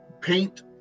paint